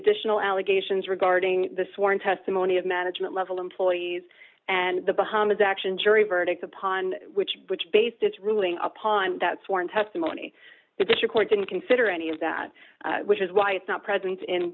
additional allegations regarding the sworn testimony of management level employees and the bahamas action jury verdict upon which which based its ruling upon that sworn testimony that your court didn't consider any of that which is why it's not present in